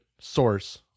source